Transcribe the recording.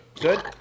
Good